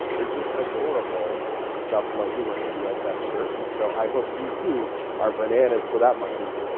is this adorable stuffed monkey wearing a usf shirt. and so i hope you too are bananas for that monkey.